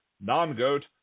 Non-GOAT